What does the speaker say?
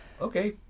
okay